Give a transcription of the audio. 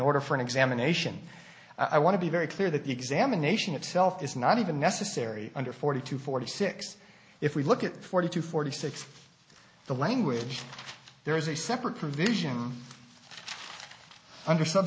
order for an examination i want to be very clear that the examination itself is not even necessary under forty two forty six if we look at forty two forty six the language there is a separate provision under